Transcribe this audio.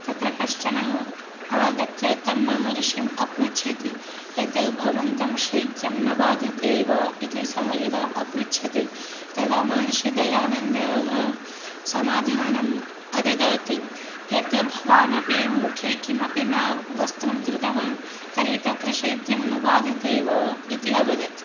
तत्र कश्चन आगत्य तं महर्षिम् अपृच्छत् यत् भवन्तं शैत्यं न बाधते वा इति सः यदा अपृच्छत् तदा महर्षिदयानन्दः समाधानम् अददात् यत् भवानपि मुखे किमपि न वस्त्रं धृतवान् तर्हि तत्र शैत्यं न बाधते वा इति अवदत्